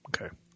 Okay